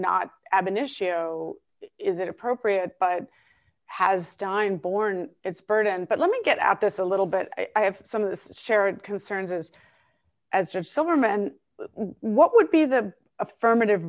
initio is it appropriate but has dined borne its burden but let me get at this a little but i have some of this shared concerns as as just sober men what would be the affirmative